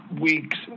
week's